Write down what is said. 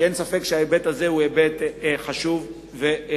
כי אין ספק שהוא היבט חשוב ומרכזי.